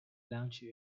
lounge